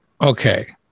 Okay